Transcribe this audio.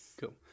Cool